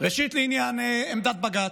ראשית לעניין עמדת בג"ץ.